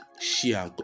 share